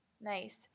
nice